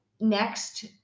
next